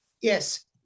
yes